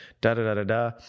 da-da-da-da-da